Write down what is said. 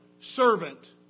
servant